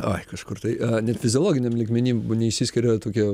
oi kažkur tai net fiziologiniam lygmeny neišsiskiria tokia